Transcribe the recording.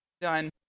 done